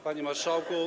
Panie Marszałku!